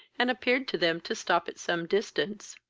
and appeared to them to stop at some distance.